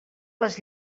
les